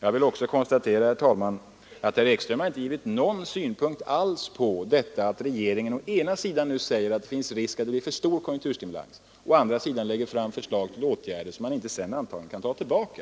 Jag vill också konstatera, herr talman, att herr Ekström inte har givit någon synpunkt alls på detta att regeringen å ena sidan säger att det finns risk för en alltför stor konjunkturstimulans och å andra sidan lägger fram förslag till åtgärder som man sedan antagligen inte kan ta tillbaka.